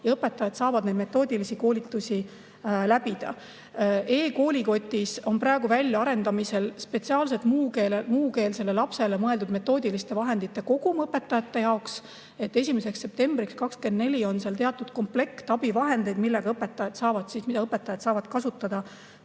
Õpetajad saavad neid metoodilisi koolitusi läbida. E-koolikotis on praegu väljaarendamisel spetsiaalselt muukeelse lapse [õpetamiseks] mõeldud metoodiliste vahendite kogum õpetajate jaoks. 1. septembriks 2024 on seal teatud komplekt abivahendeid, mida õpetajad saavad kasutada,